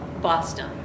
Boston